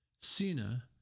Sina